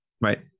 Right